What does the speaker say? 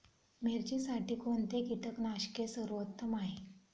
मिरचीसाठी कोणते कीटकनाशके सर्वोत्तम आहे?